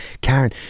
Karen